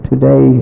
Today